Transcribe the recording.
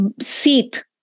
seat